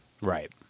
Right